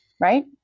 Right